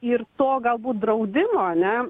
ir to galbūt draudimo ane